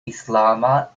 islama